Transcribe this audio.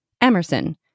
Emerson